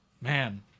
man